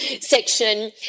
section